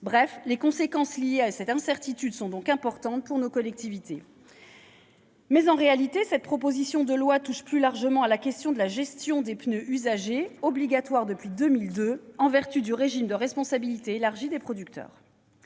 sûrs. Les conséquences liées à cette incertitude sont donc importantes pour nos collectivités. En réalité, cette proposition de loi concerne plus largement la question de la gestion des pneus usagés, obligatoire depuis 2002, en vertu du régime de responsabilité élargie des producteurs.